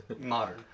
Modern